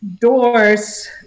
doors